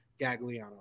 Gagliano